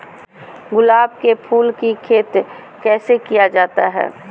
गुलाब के फूल की खेत कैसे किया जाता है?